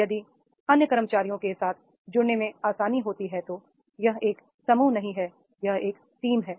यदि अन्य कर्मचारियों के साथ जुड़ने में आसानी होती है तो यह एक समूह नहीं है यह एक टीम है